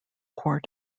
court